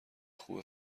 خوبه